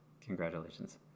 Congratulations